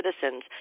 citizens